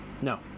No